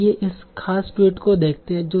आइए इस खास ट्वीट को देखते हैं